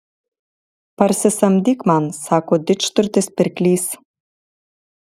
parsisamdyk man sako didžturtis pirklys